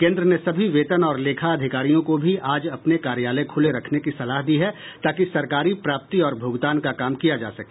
केंद्र ने सभी वेतन और लेखा अधिकारियों को भी आज अपने कार्यालय खुले रखने की सलाह दी है ताकि सरकारी प्राप्ति और भुगतान का काम किया जा सके